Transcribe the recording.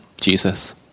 Jesus